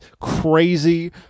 crazy